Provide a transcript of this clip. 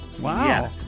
Wow